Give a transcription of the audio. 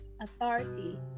authority